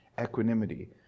equanimity